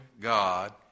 God